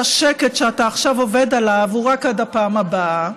שהשקט שאתה עכשיו עובד עליו הוא רק עד הפעם הבאה.